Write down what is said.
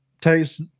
takes